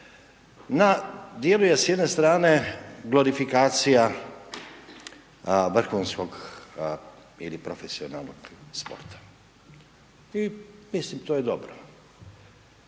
Na …/nerazumljivo/… s jedne strane glorifikacija vrhunskog ili profesionalnog sporta i mislim to je dobro.